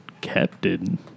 Captain